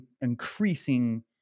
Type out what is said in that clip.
increasing